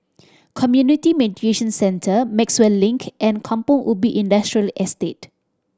Community Mediation Centre Maxwell Link and Kampong Ubi Industrial Estate